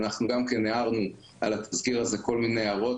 אנחנו גם כן הערנו על התזכיר הזה כל מיני הערות,